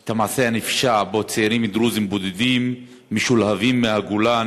את המעשה הנפשע שבו צעירים דרוזים בודדים משולהבים מהגולן